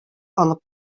алып